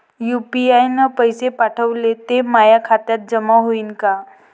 UPI न पैसे पाठवले, ते माया खात्यात जमा होईन का?